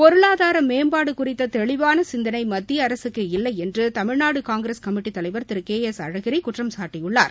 பொருளாதார மேம்பாடு குறித்த தெளிவான சிந்தனை மத்திய அரசுக்கு இல்லை என்று தமிழ்நாடு காங்கிரஸ் கமிட்டி தலைவர் திரு கே எஸ் அழகிரி குற்றம்சாட்டியுள்ளார்